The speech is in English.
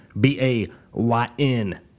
B-A-Y-N